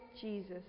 Jesus